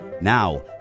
Now